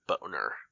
boner